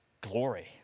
glory